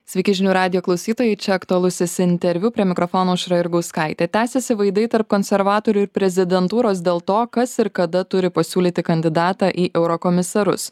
sveiki žinių radijo klausytojai čia aktualusis interviu prie mikrofono aušra jurgauskaitė tęsiasi vaidai tarp konservatorių ir prezidentūros dėl to kas ir kada turi pasiūlyti kandidatą į eurokomisarus